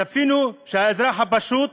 ציפינו שהאזרח הפשוט